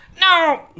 No